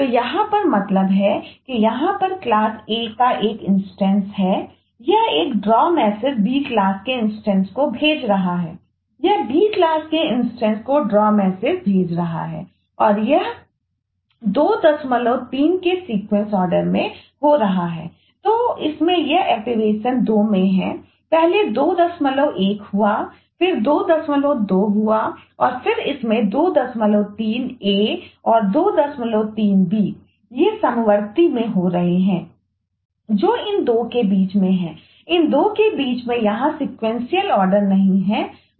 तो इसमें यह एक्टिवेशन 11 होगा